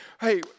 hey